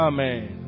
Amen